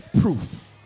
proof